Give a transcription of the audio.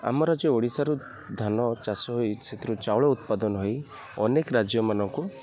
ଆମ ରାଜ୍ୟ ଓଡ଼ିଶାରୁ ଧାନ ଚାଷ ହୋଇ ସେଥିରୁ ଚାଉଳ ଉତ୍ପାଦନ ହୋଇ ଅନେକ ରାଜ୍ୟମାନଙ୍କୁ